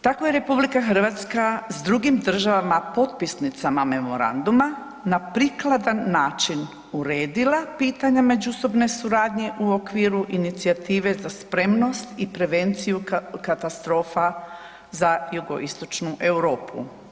Tako je RH s drugim državama potpisnicama memoranduma na prikladan način uredila pitanja međusobne suradnje u okviru inicijative Za spremnost i prevenciju katastrofa za jugoistočnu Europu.